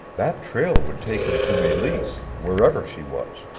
that trail would take him to meleese wherever she was.